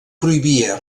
prohibia